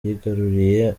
yigaruriye